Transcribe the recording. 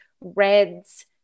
reds